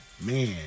man